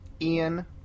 Ian